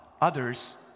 others